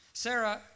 Sarah